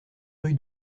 rue